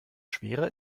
schwerer